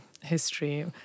history